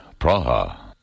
Praha